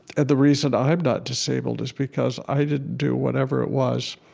and the reason i'm not disabled is because i didn't do whatever it was,